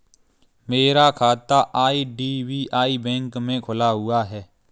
मेरा खाता IDBI bank में खुला हुआ है